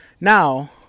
Now